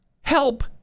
Help